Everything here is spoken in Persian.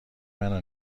منو